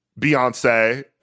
Beyonce